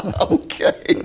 Okay